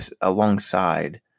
alongside